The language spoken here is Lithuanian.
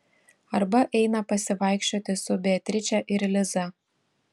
arba eina pasivaikščioti su beatriče ir liza